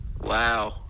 Wow